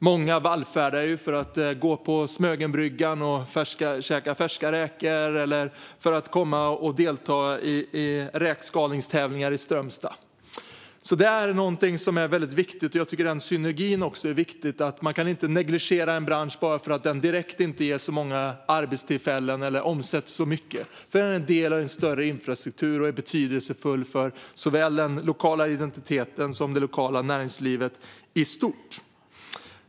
Många vallfärdar för att gå på Smögenbryggan och käka färska räkor eller för att delta i räkskalningstävlingar i Strömstad. Det är någonting som är väldigt viktigt, och jag tycker också att synergin är viktig. Man kan inte negligera en bransch bara för att den inte direkt ger så många arbetstillfällen eller omsätter så mycket. Den är en del av en större infrastruktur, och den är betydelsefull för såväl den lokala identiteten som det lokala näringslivet i stort.